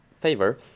favor